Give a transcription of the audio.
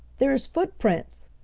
there's footprints!